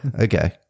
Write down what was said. Okay